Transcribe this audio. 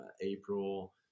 April